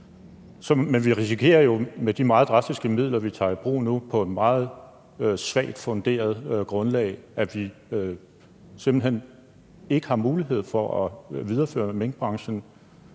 Men vi risikerer jo med de meget drastiske midler, vi tager i brug nu på et meget svagt funderet grundlag, at vi simpelt hen ikke har mulighed for at videreføre minkbranchen.